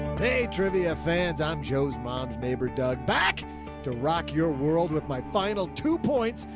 hey trivia fans. i'm joe's mom's neighbor. doug, back to rock your world with my final two points,